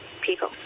people